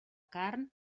carn